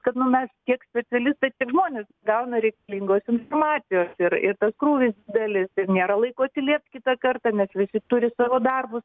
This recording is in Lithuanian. kad nu mes tiek specialistai tiek žmonės gauna reikalingos informacijos ir ir tas krūvis didelis ir nėra laiko atsiliept kitą kartą nes visi turi savo darbus